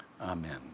Amen